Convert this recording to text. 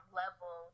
level